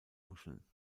muscheln